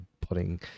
putting